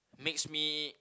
makes me